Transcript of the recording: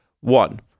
One